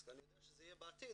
אז אני יודע שזה יהיה בעתיד,